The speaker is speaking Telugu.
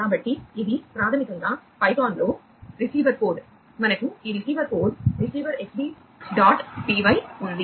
కాబట్టి ఇది ప్రాథమికంగా పైథాన్లో రిసీవర్ కోడ్ మనకు ఈ receiver code receiver XB dot P Y ఉంది